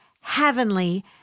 heavenly